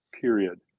period